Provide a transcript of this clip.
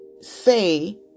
say